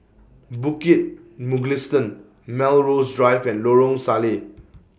Bukit Mugliston Melrose Drive and Lorong Salleh